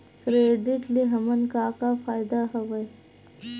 Credit ले हमन का का फ़ायदा हवय?